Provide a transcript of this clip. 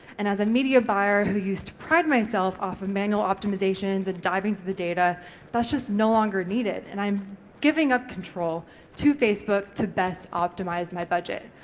and as a media buyer who used to pride myself of manual optimisations and diving for the data that's just no longer needed and i'm giving up control to facebook to best optimise my budget,